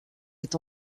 est